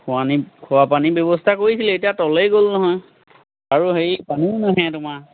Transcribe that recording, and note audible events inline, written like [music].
[unintelligible] খোৱা পানী ব্যৱস্থা কৰিছিলে এতিয়া তলেই গ'ল নহয় আৰু হেৰি পানীও নাহে তোমাৰ